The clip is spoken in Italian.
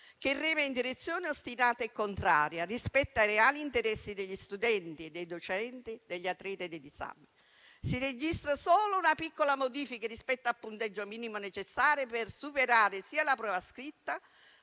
che rema in direzione ostinata e contraria rispetto ai reali interessi degli studenti e dei docenti, degli atleti e dei disabili. Si registra solo una piccola modifica rispetto al punteggio minimo necessario per superare sia la prova scritta